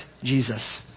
Jesus